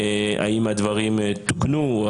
האם הדברים תוקנו,